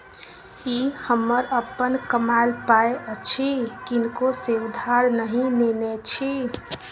ई हमर अपन कमायल पाय अछि किनको सँ उधार नहि नेने छी